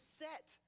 set